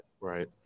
right